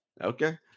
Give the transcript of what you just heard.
Okay